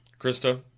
Krista